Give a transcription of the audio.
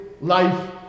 life